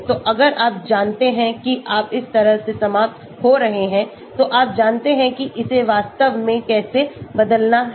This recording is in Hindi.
तो अगर आप जानते हैं कि आप इस तरह से समाप्त हो रहे हैं तो आप जानते हैं कि इसे वास्तव में कैसे बदलना है